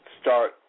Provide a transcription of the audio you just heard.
start